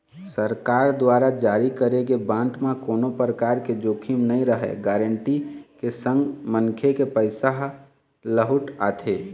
सरकार दुवार जारी करे गे बांड म कोनो परकार के जोखिम नइ रहय गांरटी के संग मनखे के पइसा ह लहूट आथे